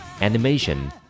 Animation